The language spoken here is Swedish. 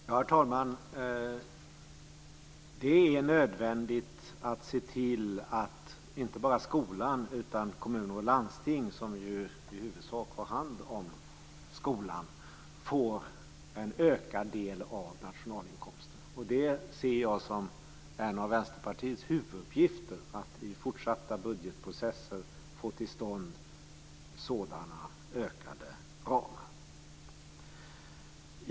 Herr talman! Det är nödvändigt att se till att inte bara skolan utan också kommuner och landsting, som ju i huvudsak har hand om skolan, får en ökad del av nationalinkomsten. Det ser jag som en av Vänsterpartiets huvuduppgifter, att i fortsatta budgetprocesser få till stånd sådana ökade ramar.